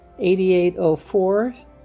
8804